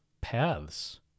Paths